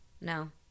no